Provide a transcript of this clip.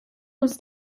uns